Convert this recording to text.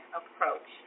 approach